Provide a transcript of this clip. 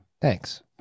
thanks